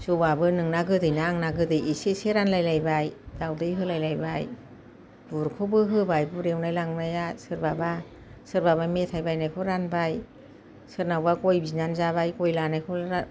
जौआबो नोंना गोदै ना आंना गोदै एसे एसे रानलायलायबाय दावदै होलायलायबाय बुदखौबो होबाय बुद एवनाय लांनाया सोरबाबा सोरबाबा मेथाय बायनायखौ रानबाय सोरनावबा गय बिनानै जाबाय गय लानायखौ